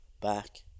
back